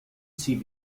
sie